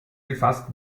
gefasst